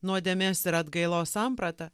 nuodėmės ir atgailos samprata